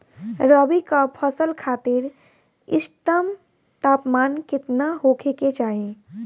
रबी क फसल खातिर इष्टतम तापमान केतना होखे के चाही?